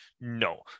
No